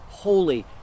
holy